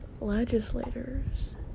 legislators